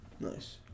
Nice